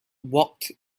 walked